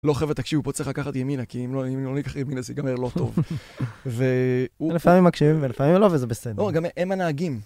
לא, חבר'ה, תקשיבו, פה צריך לקחת ימינה, כי אם לא ניקח ימינה, זה ייגמר לא טוב. ו... הוא... לפעמים מקשיבים ולפעמים לא, וזה בסדר. לא, גם הם הנהגים.